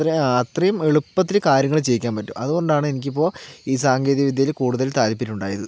ആ അത്രയും എളുപ്പത്തിൽ കാര്യങ്ങള് ചെയ്യിക്കാൻ പറ്റും അതുകൊണ്ടാണ് എനിക്കിപ്പോൾ ഈ സാങ്കേതിക വിദ്യയില് കൂടുതൽ താല്പര്യമുണ്ടായത്